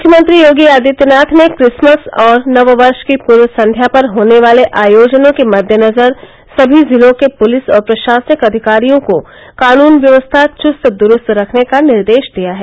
मुख्यमंत्री योगी आदित्यनाथ ने क्रिसमस और नव वर्ष की पूर्व संध्या पर होने वाले आयोजनों के मद्देनजर सभी जिलों के पुलिस और प्रशासनिक अधिकारियों को कानून व्यवस्था चुस्त दूरस्त रखने का निर्देश दिया है